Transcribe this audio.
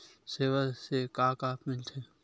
सेवा से का का मिलथे?